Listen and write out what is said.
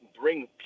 bring